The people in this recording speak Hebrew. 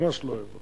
ממש לא אוהב אותה.